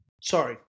sorry